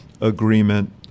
agreement